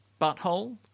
butthole